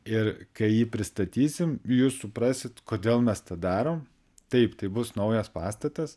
ir kai jį pristatysim jūs suprasit kodėl mes tą darom taip tai bus naujas pastatas